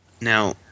Now